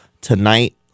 tonight